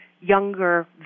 younger